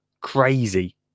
crazy